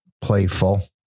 playful